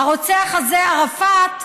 הרוצח הזה, כן, הרוצח הזה, ערפאת,